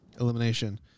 elimination